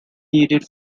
needed